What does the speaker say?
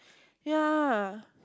ya